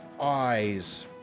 eyes